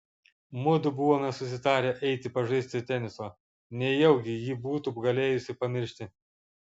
mudu buvome susitarę eiti pažaisti teniso nejaugi ji būtų galėjusi pamiršti